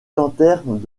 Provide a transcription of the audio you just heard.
tentèrent